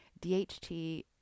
DHT